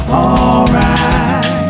alright